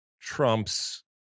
trumps